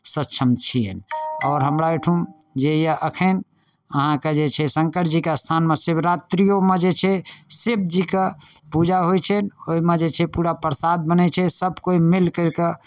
सक्षम छियनि आओर हमरा एहिठाम जाइयौ अखन अहाँके जे छै शंकर जीके स्थानमे शिवरात्रियोमे जे छै शिवजीके पूजा होइ छनि ओहिमे जे छै पूरा प्रसाद बनै छी सब कोइ मिल करके